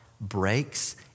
breaks